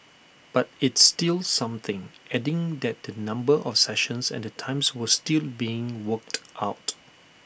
but it's still something adding that the number of sessions and the times were still being worked out